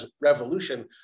revolution